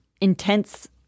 intense